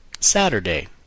saturday